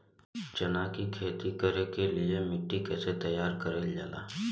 चना की खेती कर के लिए मिट्टी कैसे तैयार करें जाला?